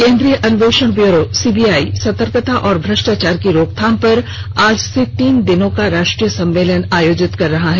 केन्द्रीय अन्वेषण bureau CBI सतर्कता और भ्रष्टाचार की रोकथाम पर आज से तीन दिन का राष्ट्रीय सम्मेलन आयोजित कर रहा है